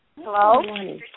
Hello